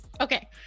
Okay